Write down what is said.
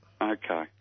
Okay